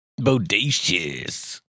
Bodacious